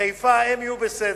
בחיפה, הם יהיו בסדר,